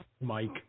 Mike